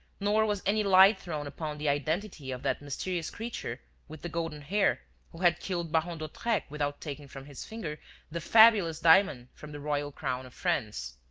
nor was any light thrown upon the identity of that mysterious creature with the golden hair who had killed baron d'hautrec without taking from his finger the fabulous diamond from the royal crown of france.